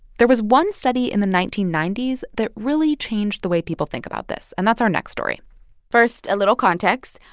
there was one study in the nineteen ninety s that really changed the way people think about this, and that's our next story first, a little context.